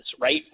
right